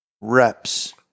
reps